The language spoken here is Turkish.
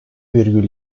virgül